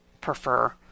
prefer